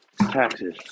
taxes